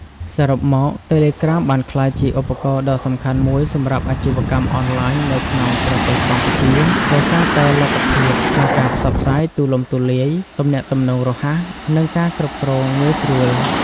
សរុបមក តេឡេក្រាមបានក្លាយជាឧបករណ៍ដ៏សំខាន់មួយសម្រាប់អាជីវកម្មអនឡាញនៅក្នុងប្រទេសកម្ពុជា ដោយសារតែលទ្ធភាពក្នុងការផ្សព្វផ្សាយទូលំទូលាយ ទំនាក់ទំនងរហ័ស និងការគ្រប់គ្រងងាយស្រួល។